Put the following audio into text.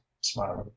smiling